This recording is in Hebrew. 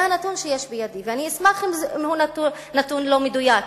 זה הנתון שיש בידי ואני אשמח אם הוא נתון לא מדויק.